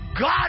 God